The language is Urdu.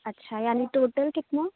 اچھا یعنی ٹوٹل کتنا